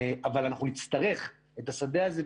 אבל אנחנו נצטרך את השדה הזה,